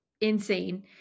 insane